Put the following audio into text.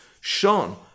Sean